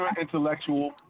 intellectual